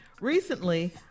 Recently